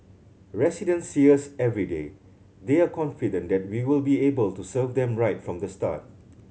residents see us everyday they are confident that we will be able to serve them right from the start